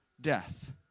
death